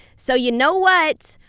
so you know what?